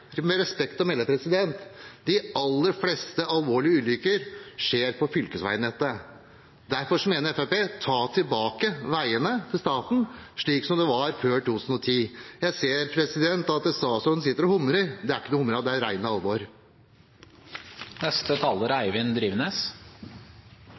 med respekt å melde: De aller fleste alvorlige ulykker skjer på fylkesveinettet. Derfor mener Fremskrittspartiet: Ta veiene tilbake til staten, slik det var før 2010. Jeg ser at statsråden sitter og humrer. Det er ikke noe å humre av; det er rent alvor.